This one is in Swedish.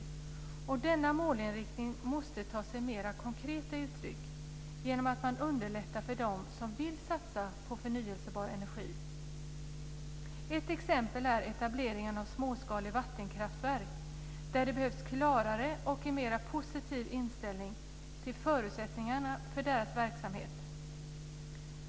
Denna målinriktning måste ta sig mera konkreta uttryck genom att man underlättar för dem som vill satsa på förnyelsebar energi. Ett exempel är etableringen av småskaliga vattenkraftverk där det behövs klarare och en mera positiv inställning till förutsättningarna för deras verksamhet.